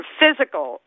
physical